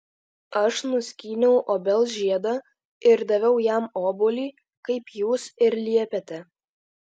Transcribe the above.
aš nuskyniau obels žiedą ir daviau jam obuolį kaip jūs ir liepėte